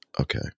Okay